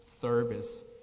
service